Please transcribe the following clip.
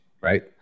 right